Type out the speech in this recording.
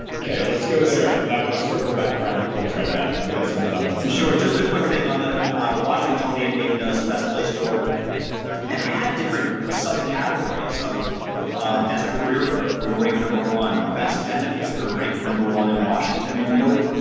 okay. let's go there and then i want to circle back around the culture. i've got i've got something i want to. barry sure. just a quick thing on the washingtonian named us best place to work and had different subcategories of best career growth, and we were ranked number one. best benefits, we were ranked number one on and washington, i mean,